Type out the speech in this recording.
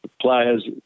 players